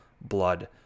blood